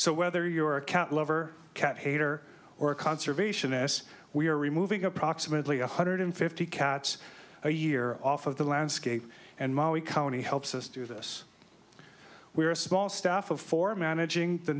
so whether you're a cat lover cat hater or a conservationists we are removing approximately one hundred fifty cats a year off of the landscape and molly county helps us do this we are a small staff of four managing the